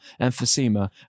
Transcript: emphysema